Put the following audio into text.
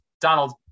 Donald